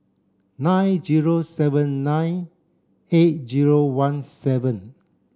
nine zero seven nine eight zero one seven